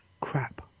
crap